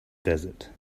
desert